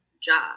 job